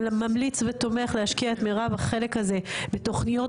ממליץ ותומך להשקיע את מירב החלק הזה בתוכניות